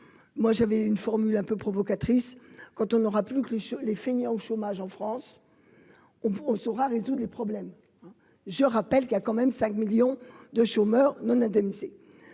moi j'avais une formule un peu provocatrice quand on aura plus que le les fainéants au chômage en France, on peut, on saura résoudre les problèmes, je rappelle qu'il a quand même 5 millions de chômeurs non indemnisés.